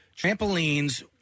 trampolines